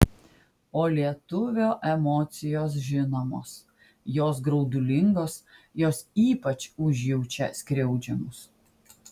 o lietuvio emocijos žinomos jos graudulingos jos ypač užjaučia skriaudžiamus